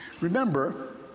Remember